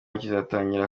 kizatangira